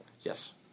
Yes